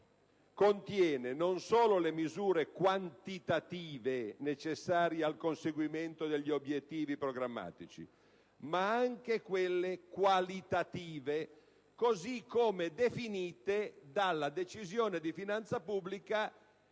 contiene non solo le misure quantitative necessarie al conseguimento degli obiettivi programmatici, ma anche quelle qualitative, così come definite dalla Decisione di finanza pubblica